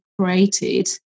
created